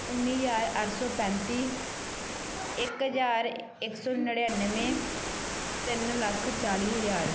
ਉੱਨੀ ਹਜ਼ਾਰ ਅੱਠ ਸੌ ਪੈਂਤੀ ਇੱਕ ਹਜ਼ਾਰ ਇੱਕ ਸੌ ਨੜਿਨਵੇਂ ਤਿੰਨ ਲੱਖ ਚਾਲੀ ਹਜ਼ਾਰ